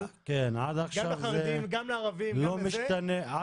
גם לחרדים וגם לערבים --- והם תכף קורסים מרוב סמכויות.